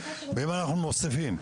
ואם אנחנו מוסיפים כלים נוספים,